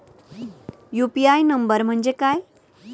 UPI number म्हणजे काय?